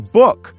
book